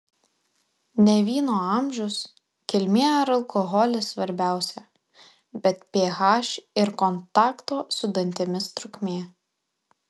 ne vyno amžius kilmė ar alkoholis svarbiausia bet ph ir kontakto su dantimis trukmė